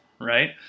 right